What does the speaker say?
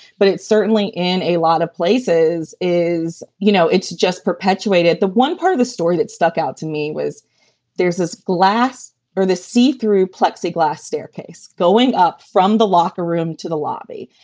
but it's certainly in a lot of places is, you know, it's just perpetuated. the one part of the story that stuck out to me was there's this glass or the see through plexiglas staircase going up from the locker room to the lobby.